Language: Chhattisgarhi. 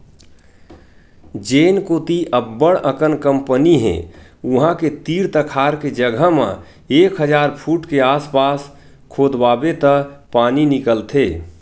जेन कोती अब्बड़ अकन कंपनी हे उहां के तीर तखार के जघा म एक हजार फूट के आसपास खोदवाबे त पानी निकलथे